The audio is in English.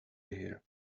here